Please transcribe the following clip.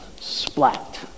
splat